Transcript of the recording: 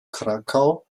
krakau